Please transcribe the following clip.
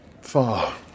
far